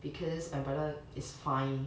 because my brother is fine